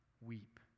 weep